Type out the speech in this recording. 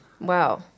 Wow